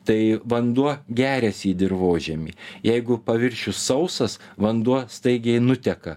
tai vanduo geriasi į dirvožemį jeigu paviršius sausas vanduo staigiai nuteka